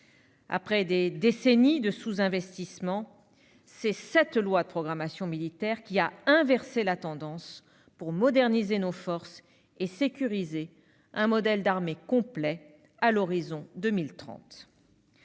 Après des décennies de sous-investissement, la dernière loi de programmation militaire a précisément inversé la tendance pour moderniser nos forces et pour sécuriser un modèle d'armée complet à l'horizon de 2030.